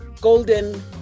Golden